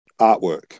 artwork